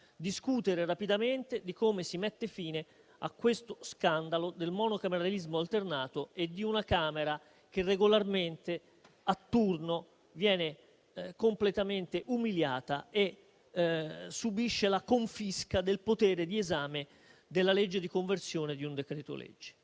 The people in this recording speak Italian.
discutendo rapidamente di come mettere fine allo scandalo del monocameralismo alternato e di una Camera che regolarmente, a turno, viene completamente umiliata e subisce la confisca del potere di esame della legge di conversione di un decreto-legge.